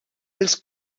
els